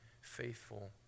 faithful